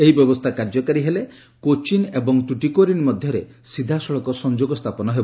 ଏହି ବ୍ୟବସ୍ଥା କାର୍ଯ୍ୟକାରୀ ହେଲେ କୋଚିନ୍ ଏବଂ ଟ୍ରଟିକୋରିନ୍ ମଧ୍ୟରେ ସିଧାସଳଖ ସଂଯୋଗ ସ୍ଥାପନ ହେବ